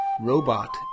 Robot